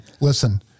Listen